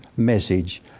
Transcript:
message